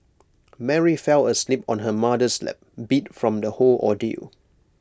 Mary fell asleep on her mother's lap beat from the whole ordeal